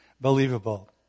believable